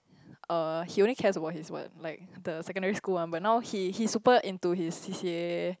uh he also cares about his one like the secondary school one but now he he's super into his C_C_A